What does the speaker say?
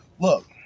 Look